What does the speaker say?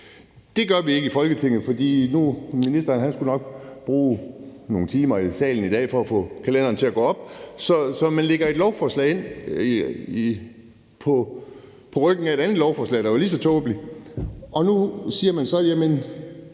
Det gør vi ikke i Folketinget, for ministeren skulle nok bruge nogle timer i salen i dag for at få kalenderen til at gå op. Så man fremsætter et lovforslag på ryggen af et andet lovforslag, der jo er lige så tåbeligt, og nu siger man så: